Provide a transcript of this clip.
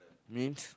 means